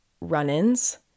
run-ins